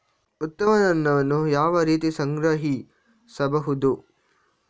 ಉತ್ಪನ್ನವನ್ನು ಯಾವ ರೀತಿ ಸಂಗ್ರಹಿಸಬಹುದು?